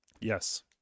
Yes